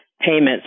payments